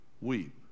weep